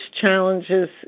challenges